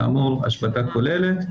כאמור השבתה כוללת,